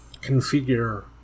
configure